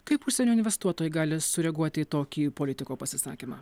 kaip užsienio investuotojai gali sureaguoti į tokį politiko pasisakymą